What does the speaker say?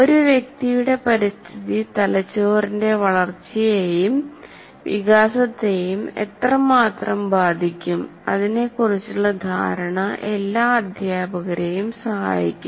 ഒരു വ്യക്തിയുടെ പരിസ്ഥിതി തലച്ചോറിന്റെ വളർച്ചയെയും വികാസത്തെയും എത്രമാത്രം ബാധിക്കും അതിനെക്കുറിച്ചുള്ള ധാരണ എല്ലാ അധ്യാപകരെയും സഹായിക്കും